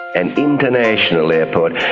an international airport,